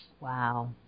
Wow